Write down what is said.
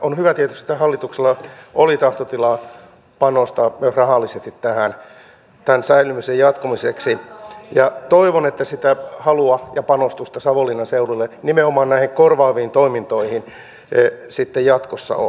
on tietysti hyvä että hallituksella oli tahtotila panostaa myös rahallisesti tämän säilymisen jatkumiseksi ja toivon että sitä halua ja panostusta savonlinnan seudulle nimenomaan näihin korvaaviin toimintoihin sitten jatkossa on